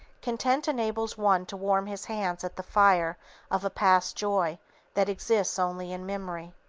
content enables one to warm his hands at the fire of a past joy that exists only in memory.